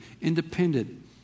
independent